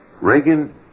Reagan